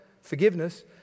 Forgiveness